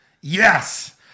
Yes